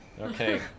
Okay